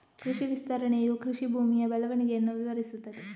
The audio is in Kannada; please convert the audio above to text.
ಕೃಷಿ ವಿಸ್ತರಣೆಯು ಕೃಷಿ ಭೂಮಿಯ ಬೆಳವಣಿಗೆಯನ್ನು ವಿವರಿಸುತ್ತದೆ